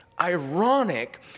Ironic